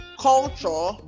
Culture